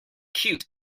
cute